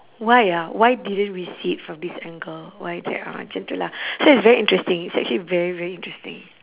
why ah why didn't we see it from this angle why is that ah it's okay lah so it's very interesting it's actually very very interesting